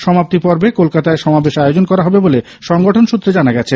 সমাপ্তি পর্বে কলকাতায় সমাবেশ আয়োজন করা হবে বলে সংগঠন সূত্রে জানা গেছে